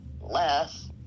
less